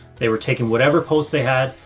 they were taking whatever posts they had,